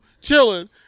chilling